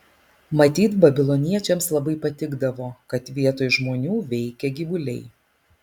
matyt babiloniečiams labai patikdavo kad vietoj žmonių veikia gyvuliai